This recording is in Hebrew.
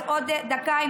אז עוד דקה,